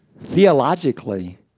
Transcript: theologically